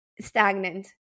stagnant